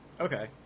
okay